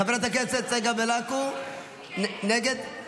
חברת הכנסת צגה מלקו, נגד?